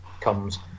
comes